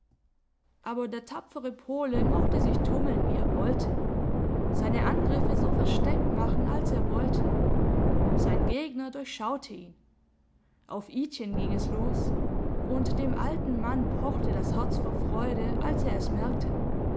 aber der tapfere pole mochte sich tummeln wie er wollte seine angriffe so versteckt machen als er wollte sein gegner durchschaute ihn auf idchen ging es los und dem alten mann pochte das herz vor freude als er es merkte